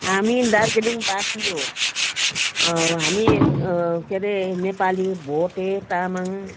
हामी दार्जिलिङबासी हो हामी के अरे नेपाली भोटे तामाङ